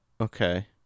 Okay